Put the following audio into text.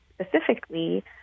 specifically